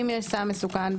אם יש סם מסוכן,